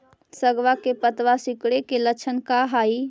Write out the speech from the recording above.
सगवा के पत्तवा सिकुड़े के लक्षण का हाई?